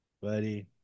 buddy